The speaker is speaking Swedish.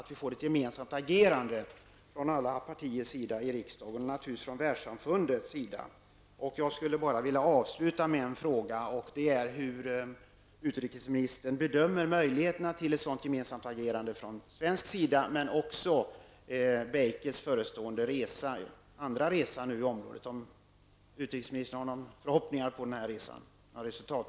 Det är angeläget med ett gemensamt agerande från alla partiers sida och naturligtvis från världssamfundets sida. Jag vill avslutningsvis fråga hur utrikesministern bedömer möjligheterna till ett gemensamt agerande från svensk sida och vad han har för förhoppningar på Bakers förestående andra resa till området.